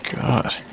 god